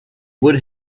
would